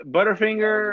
Butterfinger